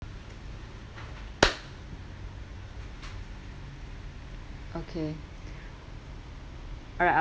okay alright I'll